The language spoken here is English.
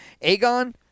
Aegon